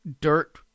dirt